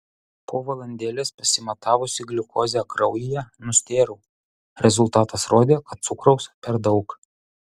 po valandėlės pasimatavusi gliukozę kraujyje nustėrau rezultatas rodė kad cukraus per daug